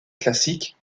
classique